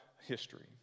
history